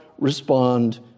respond